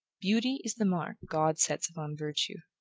beauty is the mark god sets upon virtue.